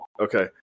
okay